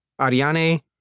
Ariane